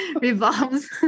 revolves